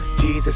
Jesus